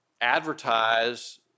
advertise